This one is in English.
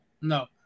No